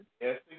Yes